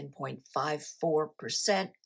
10.54%